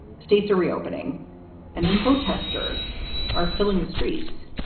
states are reopening and protesters are filling the streets,